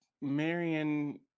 marion